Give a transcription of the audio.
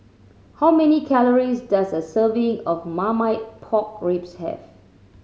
how many calories does a serving of Marmite Pork Ribs have